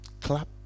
clap